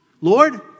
Lord